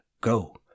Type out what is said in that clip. Go